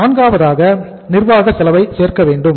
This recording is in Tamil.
நான்காவதாக நிர்வாக செலவை சேர்க்கவேண்டும்